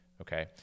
Okay